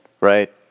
Right